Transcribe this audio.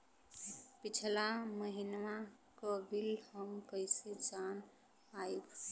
पिछला महिनवा क बिल हम कईसे जान पाइब?